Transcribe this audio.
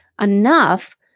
enough